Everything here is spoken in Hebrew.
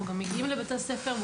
אנחנו מגיעים לבתי הספר,